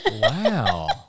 Wow